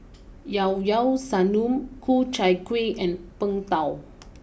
Llao Llao Sanum Ku Chai Kueh and Png Tao